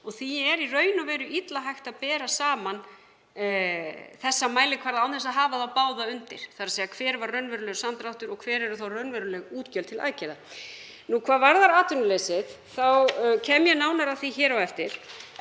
og því er í raun og veru illa hægt að bera saman þessa mælikvarða án þess að hafa þá báða undir, þ.e. hver var raunverulegur samdráttur og hver eru þá raunveruleg útgjöld til aðgerða. Hvað varðar atvinnuleysið þá kem ég nánar að því hér á eftir.